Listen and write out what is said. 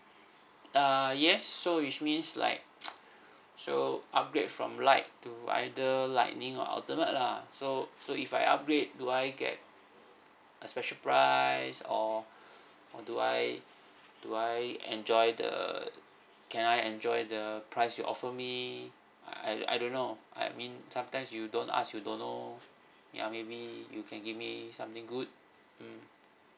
uh yes so which means like so upgrade from light to either lightning or ultimate lah so so if I upgrade do I get a special price or or do I do I enjoy the can I enjoy the price you offer me I I I don't know I mean sometimes you don't ask you don't know ya maybe you can give me something good mm